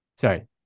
Sorry